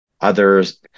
others